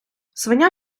свиня